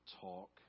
talk